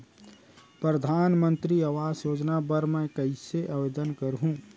परधानमंतरी आवास योजना बर मैं कइसे आवेदन करहूँ?